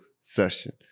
session